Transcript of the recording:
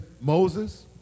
Moses